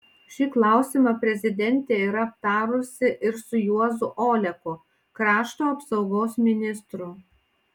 šį klausimą prezidentė yra aptarusi ir su juozu oleku krašto apsaugos ministru